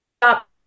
stop